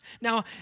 Now